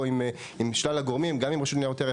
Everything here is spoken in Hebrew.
עם שלל הגורמים; גם עם רשות ניירות ערך,